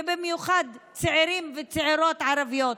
ובמיוחד צעירים וצעירות ערביות,